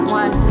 one